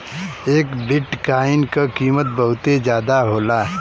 एक बिट्काइन क कीमत बहुते जादा होला